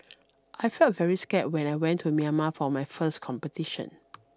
I felt very scared when I went to Myanmar for my first competition